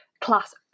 class